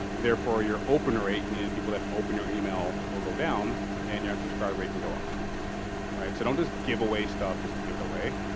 therefore, you're open rate, meaning the people that open your email, will go down and your unsubscribe rate can go up. all right? so, don't just give away stuff just to give it away.